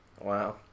Wow